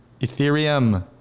Ethereum